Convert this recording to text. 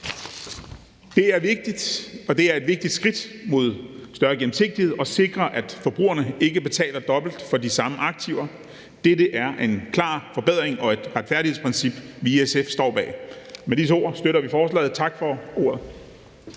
Det er vigtigt, og det er et vigtigt skridt mod større gennemsigtighed at sikre, at forbrugerne ikke betaler dobbelt for de samme aktiver. Dette er en klar forbedring og et retfærdighedsprincip, vi i SF står bag. Med disse ord støtter vi forslaget. Tak for ordet.